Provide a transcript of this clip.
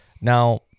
now